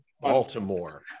Baltimore